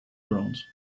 grant